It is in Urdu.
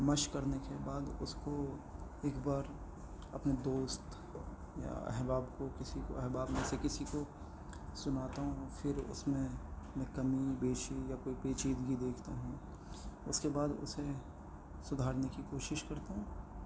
مشق کرنے کے بعد اس کو ایک بار اپنے دوست یا احباب کو کسی کو احباب میں سے کسی کو سناتا ہوں پھر اس میں میں کمی بیشی یا کوئی پیچیدگی دیکھتا ہوں اس کے بعد اسے سدھارنے کی کوشش کرتا ہوں